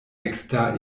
ekster